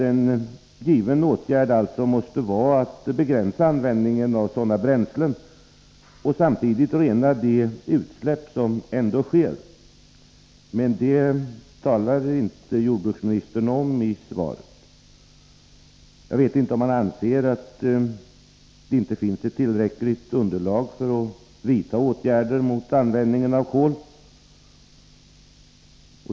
En given åtgärd måste alltså vara att begränsa användningen av sådana bränslen och samtidigt rena de utsläpp som ändå sker. Men det talar jordbruksministern inte om i svaret. Jordbruksministern anser uppenbarligen att det inte finns ett tillräckligt underlag för att vidta åtgärder mot användningen av kol.